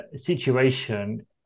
situation